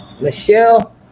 Michelle